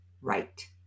right